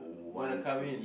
wanna come in